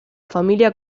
familia